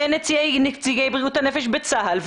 נציגי בריאות הנפש בצה"ל,